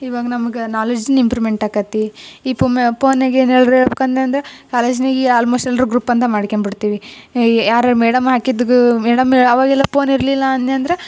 ಇವಾಗ ನಮ್ಗೆ knowledge improvement ಆಕತೆ ಈ ಪುಮ ಪೋನ್ನಾಗೆ ಏನು ಹೇಳ್ರ್ ಹೇಳ್ಬಕ್ ಅನ್ಯಂದ್ರೆ ಕಾಲೇಜಿನಾಗೆ ಆಲ್ಮೋಸ್ಟ್ ಎಲ್ಲರು ಗ್ರೂಪ್ ಅಂದು ಮಾಡ್ಕೊಂಬಿಡ್ತೀವಿ ಯಾರು ಮೇಡಮ್ ಹಾಕಿದ್ದು ಮೇಡಮ್ ಆವಾಗೆಲ್ಲ ಪೋನ್ ಇರಲಿಲ್ಲ ಅನ್ಯಂದ್ರೆ